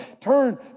turn